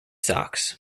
sox